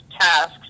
tasks